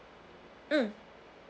mm